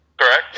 Correct